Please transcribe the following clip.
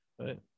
Right